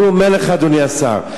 אדוני השר,